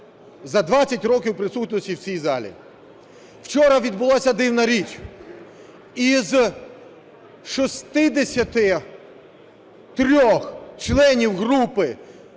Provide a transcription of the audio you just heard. за 20 років присутності в цій залі. Вчора відбулася дивна річ. Із 63 членів групи